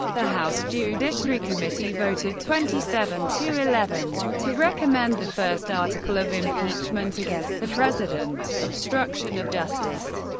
the house judiciary committee voted twenty seven to eleven to recommend the first article of impeachment against the president obstruction of justice.